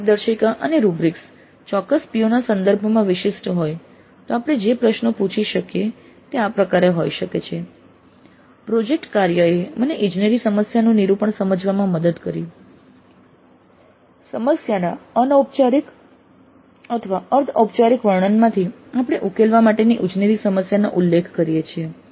જો માર્ગદર્શિકા અને રૂબ્રિક્સ ચોક્કસ PO ના સંદર્ભમાં વિશિષ્ટ હોય તો આપણે જે પ્રશ્નો પૂછી શકીએ છીએ સામાન્ય પ્રશ્નો તે આ પ્રકારે હોઈ શકે છે પ્રોજેક્ટ કાર્યએ મને ઇજનેરી સમસ્યાનું નિરૂપણ સમજવામાં મદદ કરી સમસ્યાના અનૌપચારિક અથવા અર્ધ ઔપચારિક વર્ણનમાંથી આપણે ઉકેલવા માટેની ઇજનેરી સમસ્યાનો ઉલ્લેખ કરીએ છીએ